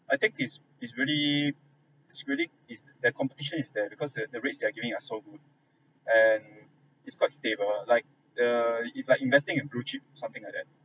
I think it's it's really it's really it's that competition is there because the the rates they are giving are so good and it's quite stable like err is like investing in blue chip something like that